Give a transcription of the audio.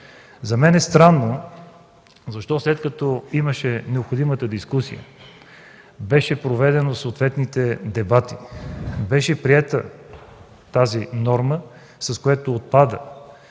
За мен е странно, защо след като имаше необходимата дискусия, бяха проведени съответните дебати, беше приета нормата, с която отпада